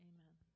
Amen